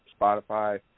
Spotify